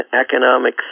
economic